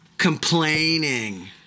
Complaining